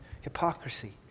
hypocrisy